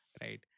Right